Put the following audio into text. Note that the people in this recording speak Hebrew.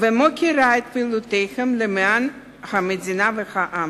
ומוקירה את פעילותם למען המדינה והעם.